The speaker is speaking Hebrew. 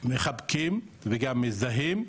מחבקים וגם מזדהים,